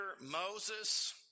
Moses